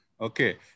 Okay